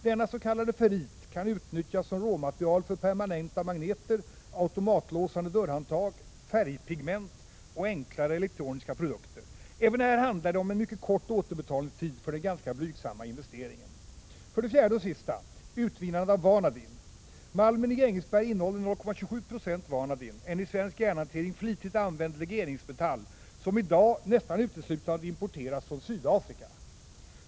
Denna s.k. ferrit kan utnyttjas som råmaterial för permanenta magneter, automatlåsande dörrhandtag, färgpigment och enklare elektroniska produkter. Även här handlar det om en mycket kort återbetalningstid för den ganska blygsamma investeringen. 4. Utvinnande av vanadin Malmen i Grängesberg innehåller 0,27 96 vanadin, en i svensk järnhantering flitigt använd legeringsmetall som i dag nästan uteslutande importeras från Sydafrika.